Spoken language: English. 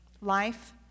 life